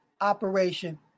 Operation